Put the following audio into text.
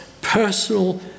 personal